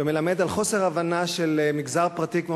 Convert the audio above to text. ומלמד על חוסר הבנה של מגזר פרטי כמו